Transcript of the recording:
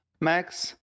Max